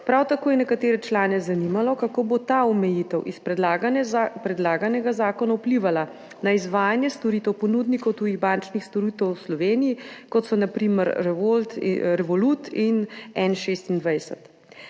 Prav tako je nekatere člane zanimalo, kako bo ta omejitev iz predlaganega zakona vplivala na izvajanje storitev ponudnikov tujih bančnih storitev v Sloveniji, kot so na primer Revolut in N26.